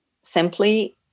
simply